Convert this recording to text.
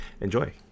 enjoy